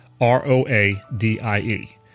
R-O-A-D-I-E